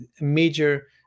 major